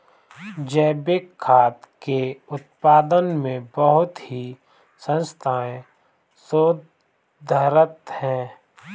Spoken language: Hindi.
जैविक खाद्य के उत्पादन में बहुत ही संस्थाएं शोधरत हैं